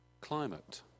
climate